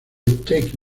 take